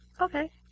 Okay